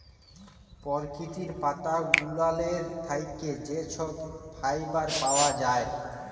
পরকিতির পাতা গুলালের থ্যাইকে যা ছব ফাইবার পাউয়া যায়